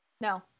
No